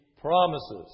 promises